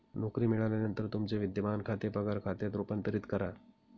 नोकरी मिळाल्यानंतर तुमचे विद्यमान खाते पगार खात्यात रूपांतरित करा